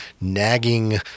nagging